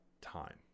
time